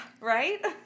Right